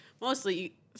Mostly